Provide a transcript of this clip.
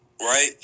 right